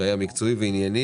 שהיה מקצועי וענייני.